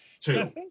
two